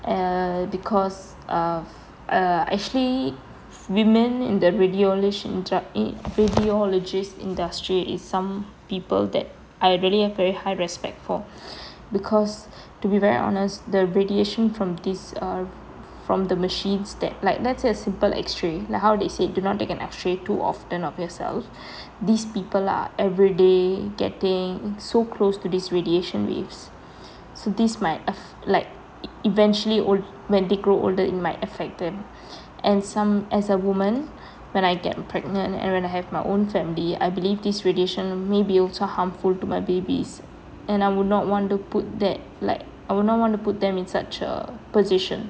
err because of err actually women in the radiologist eh radiologist industry is some people that I really have very high respect for because to be very honest the radiation from these err from the machines that like lets say a simple X ray like how they said do not take an X ray too often of yourself these people are every day getting so close to this radiation waves so this might have like eventually or when they grow older in might affect them and some as a woman when I get pregnant and when I have my own family I believe this radiation may be also harmful to my babies and I would not want to put that like I wouldn't want to put them in such a position